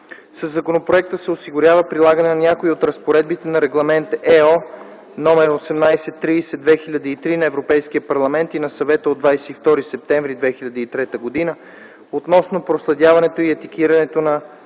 Със законопроекта се осигурява прилагане на някои от разпоредбите на Регламент (ЕО) № 1830/2003 на Европейския парламент и на Съвета от 22 септември 2003 г. относно проследяването и етикетирането на